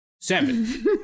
seven